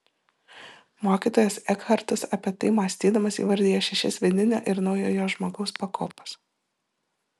mokytojas ekhartas apie tai mąstydamas įvardija šešias vidinio ir naujojo žmogaus pakopas